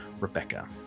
Rebecca